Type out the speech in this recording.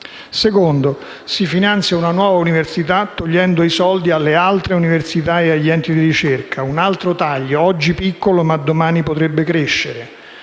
luogo, si finanzia una nuova università togliendo i soldi alle altre università e agli enti di ricerca: un altro taglio, oggi piccolo, ma che domani potrebbe crescere.